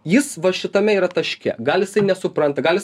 jis va šitame yra taške gal jisai nesupranta gal jis